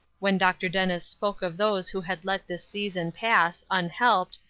when dr. dennis spoke of those who had let this season pass, unhelped,